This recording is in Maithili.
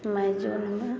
मई जुनमे